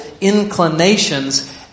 inclinations